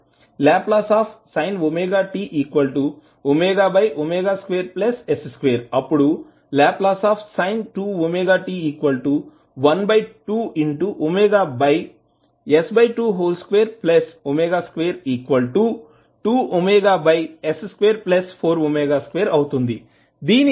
Lsin ωt 2s2 అప్పుడు Lsin 2ωt12s2222ωs242 అవుతుంది